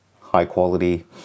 high-quality